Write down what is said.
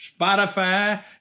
Spotify